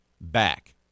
back